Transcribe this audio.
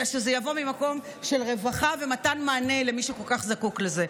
אלא שזה יבוא ממקום של רווחה ומתן מענה למי שכל כך זקוק לזה.